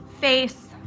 face